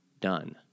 done